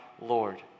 Lord